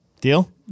Deal